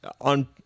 on